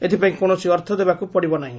ଏଥିପାଇଁ କୌଣସି ଅର୍ଥ ଦେବାକୁ ପଡ଼ିବ ନାହିଁ